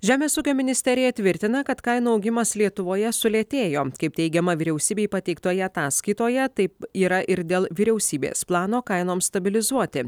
žemės ūkio ministerija tvirtina kad kainų augimas lietuvoje sulėtėjo kaip teigiama vyriausybei pateiktoje ataskaitoje taip yra ir dėl vyriausybės plano kainoms stabilizuoti